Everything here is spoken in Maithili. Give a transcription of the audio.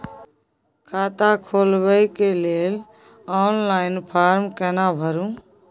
खाता खोलबेके लेल ऑनलाइन फारम केना भरु?